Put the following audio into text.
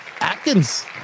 Atkins